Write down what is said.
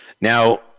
Now